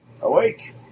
Awake